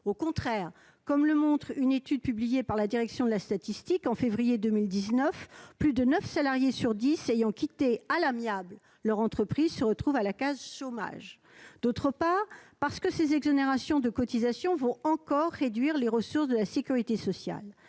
Au contraire, comme le montre une étude publiée par la Direction de la statistique en février 2019, plus de neuf salariés sur dix ayant quitté « à l'amiable » leur entreprise se retrouvent à la case chômage. Deuxièmement, ces exonérations de cotisations vont encore réduire les ressources de la sécurité sociale.